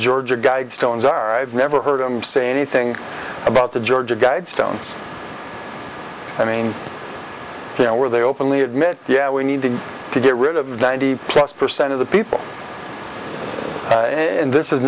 georgia guidestones are i've never heard him say anything about the georgia guidestones i mean you know where they openly admit yeah we need to get rid of the ninety plus percent of the people in this is